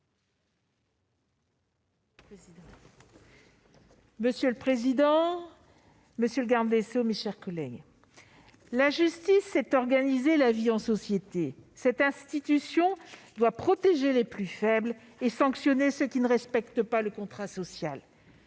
Monsieur le président, monsieur le garde des sceaux, mes chers collègues, la justice consiste à organiser la vie en société : cette institution doit protéger les plus faibles et sanctionner ceux qui ne respectent pas le contrat social.